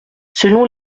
selon